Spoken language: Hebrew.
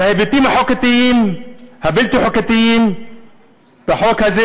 על ההיבטים הבלתי-חוקתיים בחוק הזה